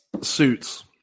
suits